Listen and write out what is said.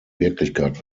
wirklichkeit